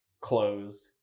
closed